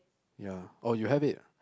ya oh you have it